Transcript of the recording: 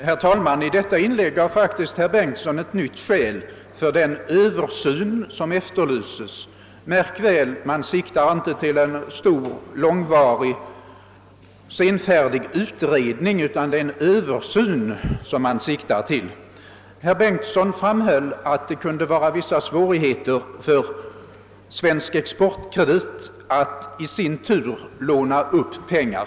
Herr talman! I sitt senaste inlägg gav herr Bengtsson i Landskrona faktiskt ett nytt skäl för den översyn som vi efterlyst. Märk väl: vi siktar inte till en stor, långvarig, senfärdig utredning utan vi siktar till en översyn. Herr Bengtsson framhöll att det kunde vara vissa svårigheter för AB Svensk exportkredit att i sin tur låna upp pengar.